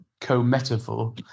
co-metaphor